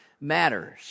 matters